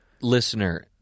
listener